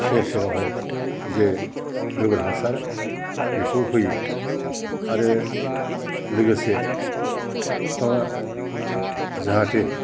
सेर सेरावहाय जे गोबोर हासार बेखौ होयो आरो लोगोसे बिफांआ जाहाथे